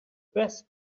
best